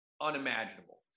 unimaginable